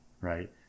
Right